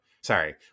sorry